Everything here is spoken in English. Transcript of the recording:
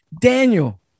Daniel